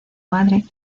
madre